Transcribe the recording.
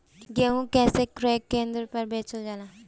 गेहू कैसे क्रय केन्द्र पर बेचल जाला?